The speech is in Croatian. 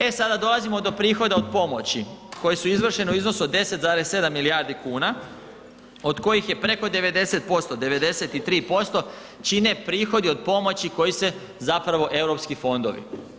E sada dolazimo do prihoda od pomoći koji su izvršeni u iznosu od 10,7 milijardi kuna, od kojih je preko 90%, 93% čine prihodi od pomoći koji su zapravo Europski fondovi.